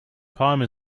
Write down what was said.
time